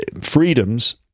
freedoms